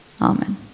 Amen